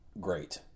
great